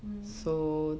hmm